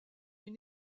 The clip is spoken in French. une